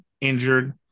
injured